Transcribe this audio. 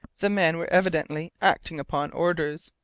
the men were evidently acting upon orders.